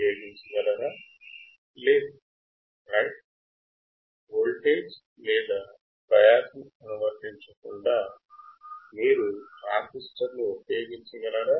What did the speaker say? ట్రాన్సిస్టర్లకు bias లేదా వోల్టేజ్ను అనువర్తించకుండా మీరు ట్రాన్సిస్టర్ ఉపయోగించవచ్చా